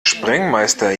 sprengmeister